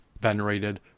venerated